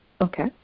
Okay